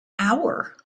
hour